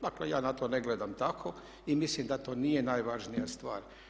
Dakle, ja na to ne gledam tako i mislim da to nije najvažnija stvar.